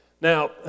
Now